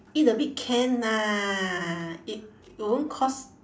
eat a bit can lah it it won't cause